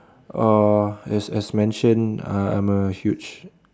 uh as as mentioned uh I'm a huge